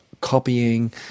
copying